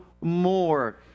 more